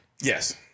Yes